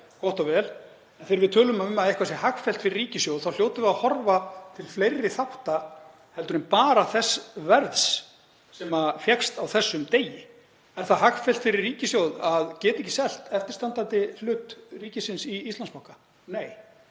gott og vel. En þegar við tölum um að eitthvað sé hagfellt fyrir ríkissjóð þá hljótum við að horfa til fleiri þátta en bara þess verðs sem fékkst á þessum degi. Er það hagfellt fyrir ríkissjóð að geta ekki selt eftirstandandi hlut ríkisins í Íslandsbanka? Nei,